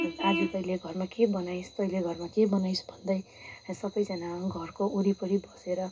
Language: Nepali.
आज तैँले घरमा के बनाइस् तैँले के बनाइस् भन्दै सबैजाना घरको वरिपरि बसेर